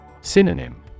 Synonym